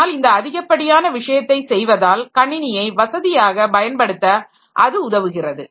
ஆனால் இந்த அதிகப்படியான விஷயத்தை செய்வதால் கணினியை வசதியாக பயன்படுத்த அது உதவுகிறது